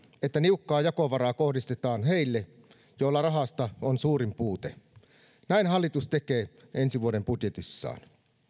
että niukkaa jakovaraa kohdistetaan heille joilla rahasta on suurin puute näin hallitus tekee ensi vuoden budjetissaan